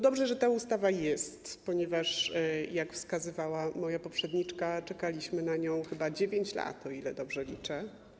Dobrze, że ta ustawa jest, ponieważ, jak wskazywała moja poprzedniczka, czekaliśmy na nią chyba 9 lat, o ile dobrze liczę.